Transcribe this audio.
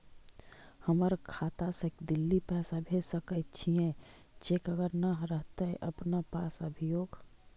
हमर खाता से दिल्ली पैसा भेज सकै छियै चेक अगर नय रहतै अपना पास अभियोग?